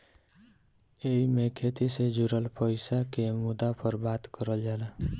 एईमे खेती से जुड़ल पईसा के मुद्दा पर बात करल जाला